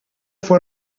fue